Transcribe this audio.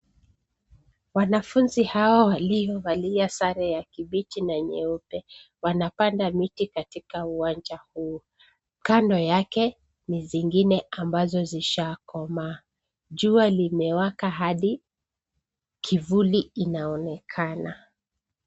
Wanafunzi hawa waliovalia sare ya kibichi na nyeupe wanapanda miti katika uwanja huu kando yake ni zingine ambazo zisha komaa jua limewaka hadi kivuli inaonekana